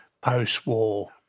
post-war